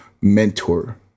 mentor